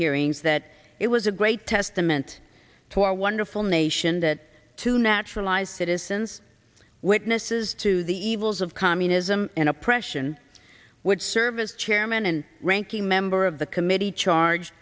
hearings that it was a great testament to our wonderful nation that two naturalized citizens witnesses to the evils of communism and oppression would serve as chairman and ranking member of the committee charged